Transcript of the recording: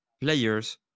players